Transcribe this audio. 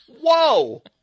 Whoa